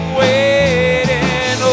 waiting